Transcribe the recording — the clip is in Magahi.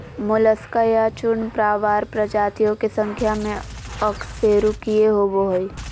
मोलस्का या चूर्णप्रावार प्रजातियों के संख्या में अकशेरूकीय होबो हइ